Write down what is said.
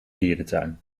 dierentuin